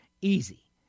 easy